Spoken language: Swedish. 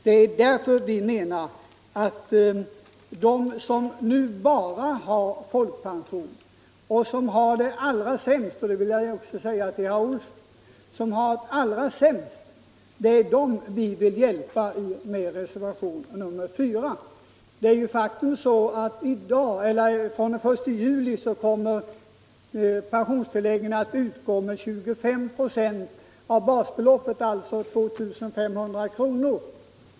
Det är de pensionärer som nu bara har folkpension och som har det allra sämst — detta vill jag också säga till herr Olsson i Stockholm —- som vi vill hjälpa genom vårt förslag i reservationen 4. Från den 1 juli kommer pensionstillägget att utgå med 25 96 av basbeloppet, alltså 2 500 kr.